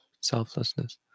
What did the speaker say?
selflessness